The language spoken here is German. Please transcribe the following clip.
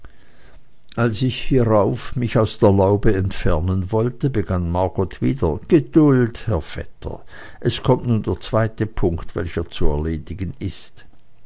als ich hierauf mich aus der laube entfernen wollte begann margot wieder geduld herr vetter es kommt nun der zweite punkt welcher zu erledigen ist